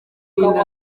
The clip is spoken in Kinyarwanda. y’inda